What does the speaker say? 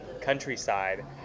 countryside